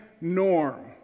norm